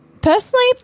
personally